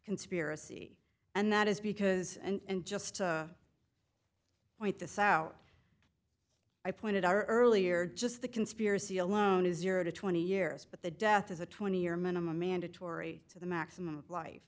conspiracy and that is because and just point this out i pointed out earlier just the conspiracy alone is your to twenty years but the death is a twenty year minimum mandatory to the maximum life